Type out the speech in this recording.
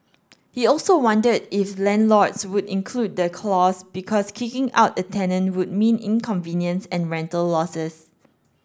he also wondered if landlords would include the clause because kicking out a tenant would mean inconvenience and rental losses